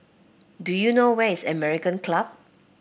do you know where is American Club